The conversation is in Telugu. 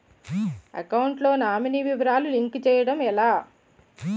అకౌంట్ లో నామినీ వివరాలు లింక్ చేయటం ఎలా?